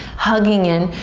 hugging in,